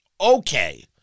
Okay